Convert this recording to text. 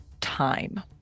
time